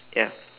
ya